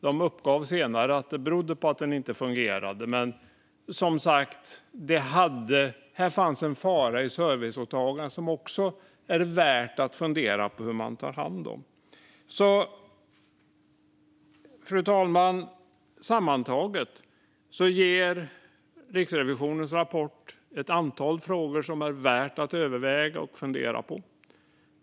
De uppgav senare att den inte fungerade. Här fanns som sagt en fara i serviceåtagandet som det också är värt att fundera på hur man tar hand om. Fru talman! Sammantaget ger Riksrevisionens rapport upphov till ett antal frågor som det är värt att överväga och fundera på.